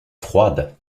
froide